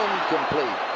incomplete.